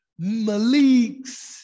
Maliks